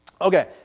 okay